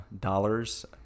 dollars